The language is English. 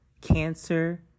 cancer